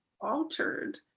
altered